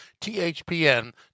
THPN